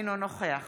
אינו נוכח